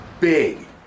big